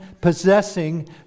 possessing